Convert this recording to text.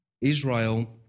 Israel